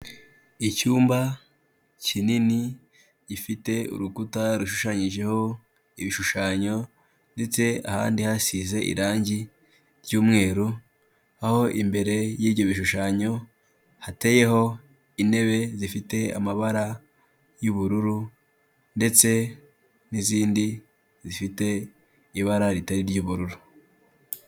Icyumba kinini, gifite urukuta rushushanyijeho ibishushanyo ndetse ahandi hasize irangi ry'umweru, aho imbere y'ibyo bishushanyo hateyeho intebe zifite amabara y'ubururu ndetse n'izindi zifite ibara ritari iry'ubururu.